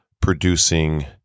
producing